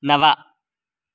नव